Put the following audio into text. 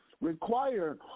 Require